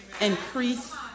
Increase